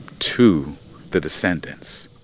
to the descendants.